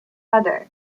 other